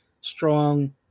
strong